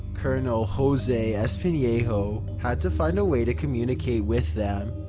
colonel jose espejo had to find a way to communicate with them.